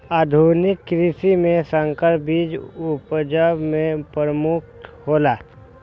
आधुनिक कृषि में संकर बीज उपज में प्रमुख हौला